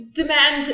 demand